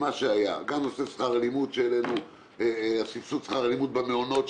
גם נושא סבסוד שכר הלימוד במעונות,